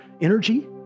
energy